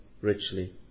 richly